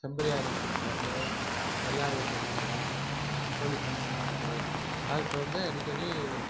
செம்பரி ஆடு வச்சுருக்குறோங்க வெள்ளாடு வச்சுருக்குறோங்க கோழி பண்ணையெல்லாம் இருக்குது டாக்ட்ரு வந்து அடிக்கடி